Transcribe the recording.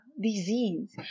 disease